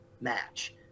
match